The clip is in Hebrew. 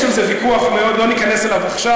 יש על זה ויכוח, לא ניכנס אליו עכשיו.